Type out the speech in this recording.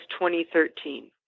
2013